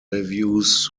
reviews